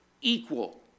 Equal